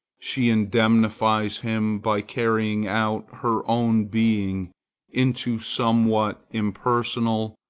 she indemnifies him by carrying out her own being into somewhat impersonal,